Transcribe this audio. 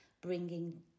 bringing